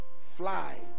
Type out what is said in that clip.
fly